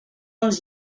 els